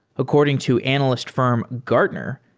according to analyst fi rm, gartner,